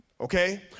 Okay